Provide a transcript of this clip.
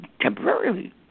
temporarily